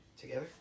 Together